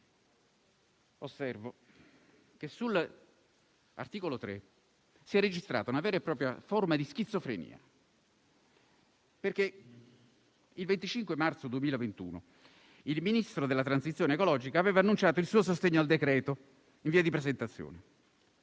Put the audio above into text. Osservo che sull'articolo 3 si è registrata una vera e propria forma di schizofrenia, perché il 25 marzo 2021 il Ministro della transizione ecologica aveva annunciato il suo sostegno al decreto in via di presentazione,